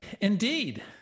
Indeed